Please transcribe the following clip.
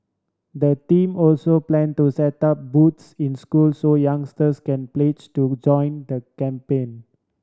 the team also plan to set up booths in schools so youngsters can pledge to join the campaign